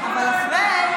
איפה פיקוח נפש?